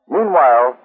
Meanwhile